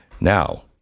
now